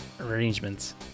arrangements